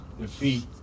defeat